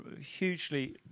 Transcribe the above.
hugely